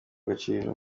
gaciro